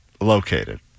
located